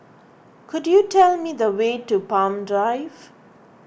could you tell me the way to Palm Drive